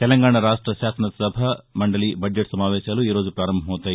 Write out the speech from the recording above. తెలంగాణ రాష్ట శాసనసభ మందలి బడ్జెట్ సమావేశాలు ఈరోజు ప్రారంభమవుతాయి